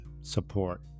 support